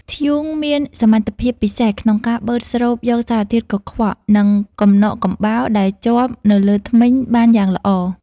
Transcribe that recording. ធ្យូងមានសមត្ថភាពពិសេសក្នុងការបឺតស្រូបយកសារធាតុកខ្វក់ និងកំណកកំបោរដែលជាប់នៅលើធ្មេញបានយ៉ាងល្អ។